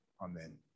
Amen